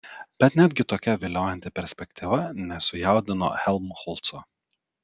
bet netgi tokia viliojanti perspektyva nesujaudino helmholco